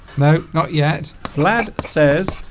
no not yet vlad says